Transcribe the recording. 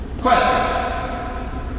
Question